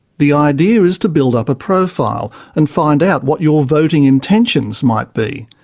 the idea is to build up a profile and find out what your voting intentions might be.